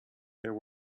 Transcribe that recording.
there